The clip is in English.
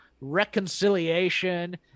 reconciliation